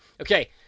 okay